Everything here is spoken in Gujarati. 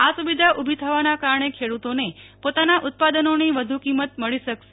આ સુવિધા ઉભી થવાના કારણે ખેડુતો પોતાના ઉત્પાદનોની વધુ કિંમત મળી શકશે